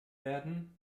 werden